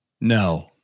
No